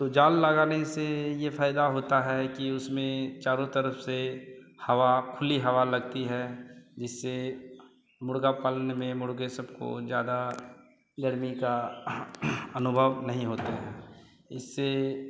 तो जाल लगाने से यह फायदा होता है कि इसमें चारों तरफ से हवा खुली हवा लगती है जिससे मुर्ग़ा पालन में मुर्ग़े सब को ज़्यादा गर्मी का अनुभव नहीं होता है इससे